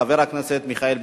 חבר הכנסת מיכאל בן-ארי,